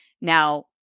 Now